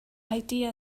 idea